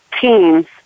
teams